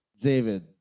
David